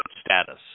status